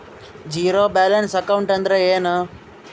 Zero balance account ಅಂದ್ರ ಏನು?